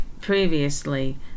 previously